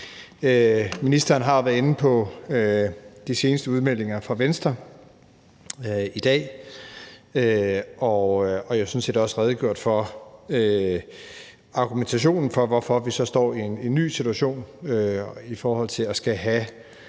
Ministeren har jo været inde på de seneste udmeldinger fra Venstre i dag og har sådan set også redegjort og argumenteret for, hvorfor vi står i en ny situation i forhold til at